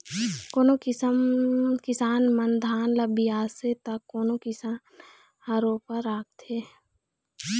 कोनो किसान मन धान ल बियासथे त कोनो किसान ह रोपा राखथे